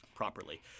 Properly